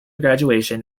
graduation